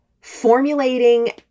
formulating